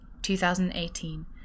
2018